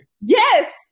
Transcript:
Yes